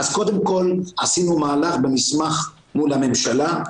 עשינו מהלך במסמך מול הממשלה,